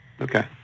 Okay